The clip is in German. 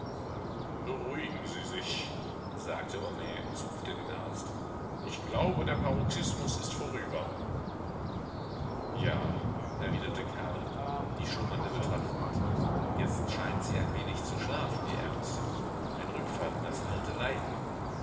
beruhigen sie sich sagte homais und zupfte den arzt ich glaube der paroxysmus ist vorüber ja erwiderte karl die schlummernde betrachtend jetzt scheint sie ein wenig zu schlafen die ärmste ein rückfall in das alte leiden